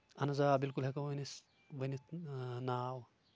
اہن حظ آ بِلکُل ہٮ۪کہٕ ووٚن أسۍ ؤنِتھ ناو